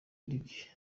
lick